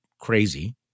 crazy